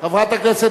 חבר הכנסת